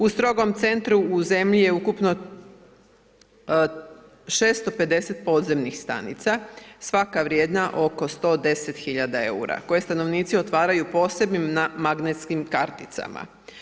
U strogom centru u zemlji je ukupno 650 podzemnih stanica, svaka vrijedna oko 110 000 eura koje stanovnici otvaraju posebnim magnetskim karticama.